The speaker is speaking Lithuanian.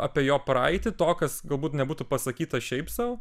apie jo praeitį to kas galbūt nebūtų pasakyta šiaip sau